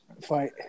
fight